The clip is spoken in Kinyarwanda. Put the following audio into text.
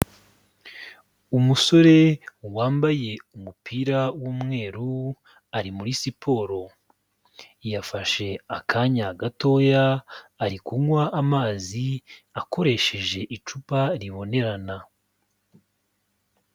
Umusore wambaye umupira w'umweru, ari muri siporo. Yafashe akanya gatoya ari kunywa amazi akoresheje icupa ribonerana.